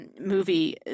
movie